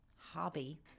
hobby